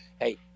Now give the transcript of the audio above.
Hey